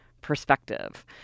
perspective